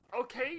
Okay